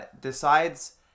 decides